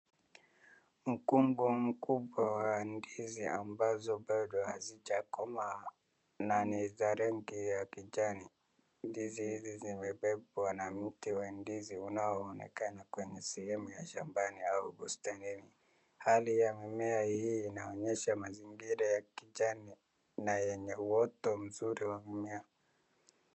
Mkungu mkubwa wa ndizi ambazo bado hazijakomaa na ni za rangi ya kijani. Ndizi hizi zimebebwa na mti wa ndizi unaoonekana kwenye sehemu ya shambani au bustanini. Hali ya mimea hii inaonyesha mazingira ya kijani na yenye uoto mzuri wa mimea.